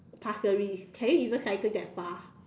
Pasir-Ris can you even cycle that far